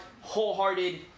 wholehearted